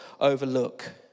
overlook